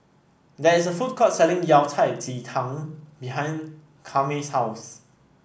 there is a food court selling Yao Cai Ji Tang behind Kwame's house